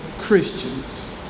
Christians